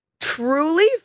truly